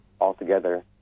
altogether